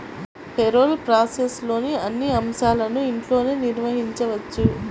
payroll ప్రాసెస్లోని అన్ని అంశాలను ఇంట్లోనే నిర్వహించవచ్చు